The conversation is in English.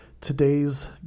today's